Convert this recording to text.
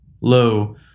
Lo